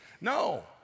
No